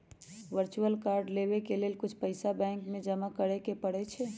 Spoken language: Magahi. वर्चुअल कार्ड लेबेय के लेल कुछ पइसा बैंक में जमा करेके परै छै